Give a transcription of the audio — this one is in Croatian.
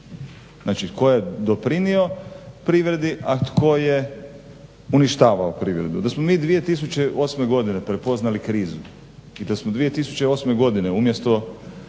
znači tko je doprinio privredi, a tko je uništavao privredu. Da smo mi 2008. godine prepoznali krizu i da smo 2008. godine umjesto